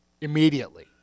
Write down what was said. immediately